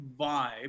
vibe